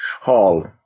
Hall